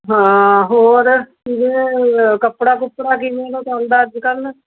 ਹਾਂ ਹੋਰ ਕਿਵੇਂ ਦਾ ਹੁਣ ਕੱਪੜਾ ਕੁਪੜਾ ਕਿਵੇਂ ਦਾ ਚੱਲਦਾ ਅੱਜ ਕੱਲ੍ਹ